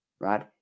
right